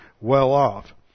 well-off